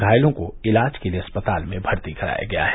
घायलों को इजाज के लिये अस्पताल मे भर्ती कराया गया है